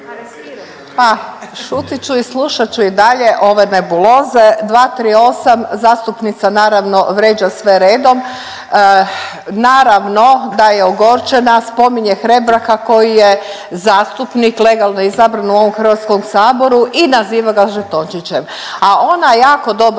Pa šutit ću i slušat ću i dalje ove nebuloze. 238. zastupnica naravno vrijeđa sve redom. Naravno da je ogorčena. Spominje Hrebaka koji je zastupnik legalno izabran u ovom Hrvatskom saboru i naziva ga žetončićem,